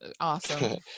Awesome